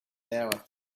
hour